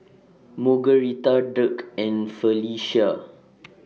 Margueritta Dirk and Felecia